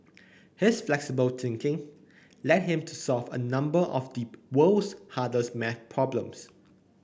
his flexible thinking led him to solve a number of the world's hardest maths problems